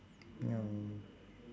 ya